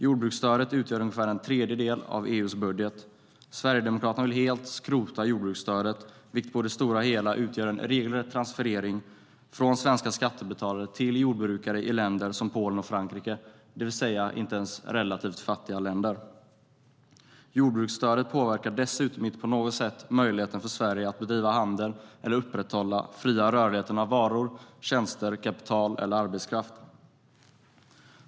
Jordbruksstödet utgör ungefär en tredjedel av EU:s budget. Sverigedemokraterna vill helt skrota jordbruksstödet, vilket på det stora hela utgör en regelrätt transferering från svenska skattebetalare till jordbrukare i länder som Polen och Frankrike, det vill säga inte ens relativt fattiga länder. Jordbruksstödet påverkar dessutom inte på något sätt möjligheten för Sverige att bedriva handel eller upprätthålla den fria rörligheten av varor, tjänster, kapital eller arbetskraft.